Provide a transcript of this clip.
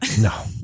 No